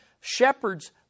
shepherds